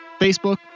Facebook